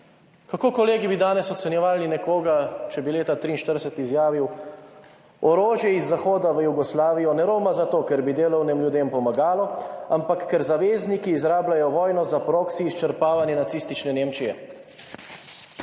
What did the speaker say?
Kako kolegi bi danes ocenjevali nekoga, če bi leta 1943 izjavil, orožje iz Zahoda v Jugoslavijo ne roma za to, ker bi delovnim ljudem pomagalo, ampak ker zavezniki izrabljajo vojno za proksi izčrpavanje nacistične Nemčije.